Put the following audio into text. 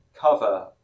cover